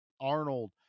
Arnold